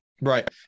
Right